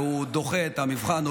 והוא דוחה את המבחן.